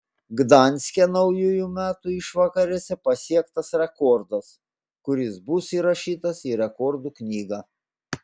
gdanske naujųjų metų išvakarėse pasiektas rekordas kuris bus įrašytas į rekordų knygą